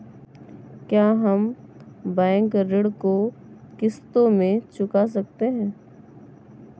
क्या हम बैंक ऋण को किश्तों में चुका सकते हैं?